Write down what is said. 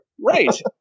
right